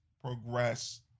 progress